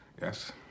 yes